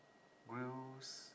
grills